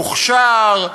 מוכשר תודה.